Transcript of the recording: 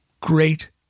great